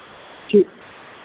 ਠੀਕ